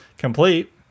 complete